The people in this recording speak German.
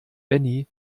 benny